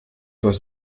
was